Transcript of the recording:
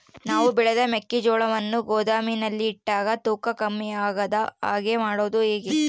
ನಾನು ಬೆಳೆದ ಮೆಕ್ಕಿಜೋಳವನ್ನು ಗೋದಾಮಿನಲ್ಲಿ ಇಟ್ಟಾಗ ತೂಕ ಕಮ್ಮಿ ಆಗದ ಹಾಗೆ ಮಾಡೋದು ಹೇಗೆ?